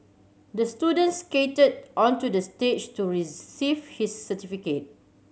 the student skated onto the stage to receive his certificate